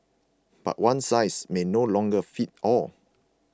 but one size may no longer fit all